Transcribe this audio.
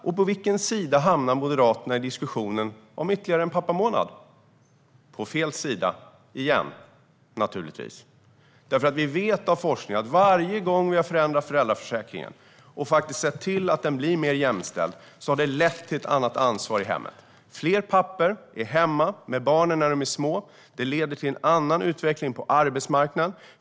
Och på vilken sida hamnar Moderaterna i diskussionen om ytterligare en pappamånad? På fel sida, igen, naturligtvis. Vi vet av forskningen att varje gång vi har förändrat föräldraförsäkringen och faktiskt sett till att den blir mer jämställd har det lett till ett annat ansvar i hemmet. Att fler pappor är hemma med barnen när de är små leder till en annan utveckling på arbetsmarknaden.